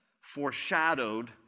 foreshadowed